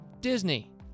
Disney